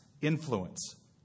influence